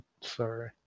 Sorry